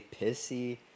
pissy